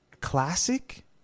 classic